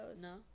No